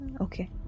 Okay